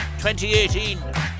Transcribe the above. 2018